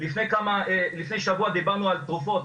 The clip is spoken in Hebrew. לפני שבוע דיברנו על תרופות,